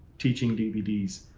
teaching dvds,